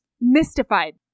mystified